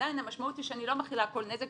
עדיין המשמעות היא שאני לא מכילה כל נזק,